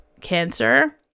cancer